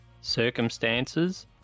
circumstances